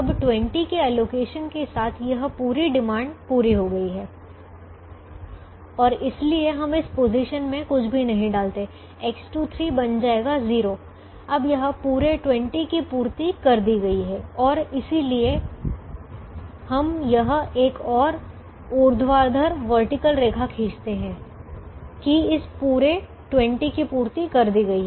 अब 20 के एलोकेशन के साथ यह पूरी डिमांड पूरी हो गई है और इसलिए हम इस पोजीशन में कुछ भी नहीं डालेंगे X23 बन जाएगा 0 अब यह पुरे 20 की पूर्ति कर दी गयी है और इसलिए हम यह एक और ऊर्ध्वाधरवर्टीकल रेखा खींचते हैं कि इस पूरे 20 की पूर्ति कर दी गयी है